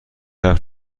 حرف